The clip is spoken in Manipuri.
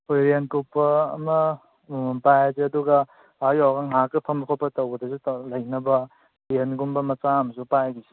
ꯍꯣꯏ ꯑꯃ ꯑꯃꯃꯝ ꯄꯥꯏꯔꯁꯤ ꯑꯗꯨꯒ ꯑꯥ ꯌꯧꯔꯒ ꯉꯍꯥꯛꯇ ꯐꯝꯕ ꯈꯣꯠꯄ ꯇꯧꯕꯗꯁꯨ ꯇꯧꯔ ꯂꯩꯅꯕ ꯇꯦꯟꯒꯨꯝꯕ ꯃꯆꯥ ꯑꯃꯁꯨ ꯄꯥꯏꯈꯤꯁꯤ